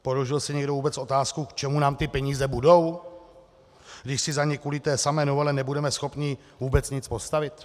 Položil si někdo vůbec otázku, k čemu nám ty peníze budou, když si za ně kvůli té samé novele nebudeme schopni vůbec nic postavit?